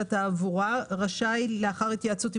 התעבורה רשאי לבטל היתר הפעלה, הפעלה,